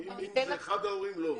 אם זה עם אחד ההורים לא.